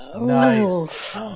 Nice